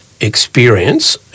experience